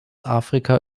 afrika